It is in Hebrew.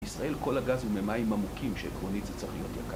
בישראל כל הגז הוא ממים עמוקים, שעקרונית זה צריך להיות יקר.